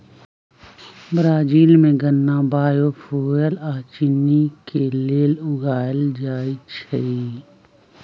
Brazil में गन्ना biofuel आ चिन्नी के लेल उगाएल जाई छई